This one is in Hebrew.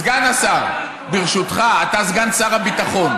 סגן השר, ברשותך, אתה סגן שר הביטחון.